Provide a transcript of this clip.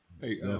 Hey